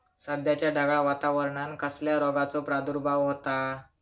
सध्याच्या ढगाळ वातावरणान कसल्या रोगाचो प्रादुर्भाव होता?